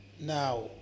Now